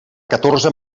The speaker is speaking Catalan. catorze